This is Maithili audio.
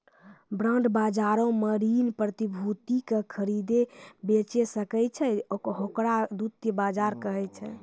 बांड बजारो मे ऋण प्रतिभूति के खरीदै बेचै सकै छै, ओकरा द्वितीय बजार कहै छै